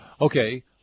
Okay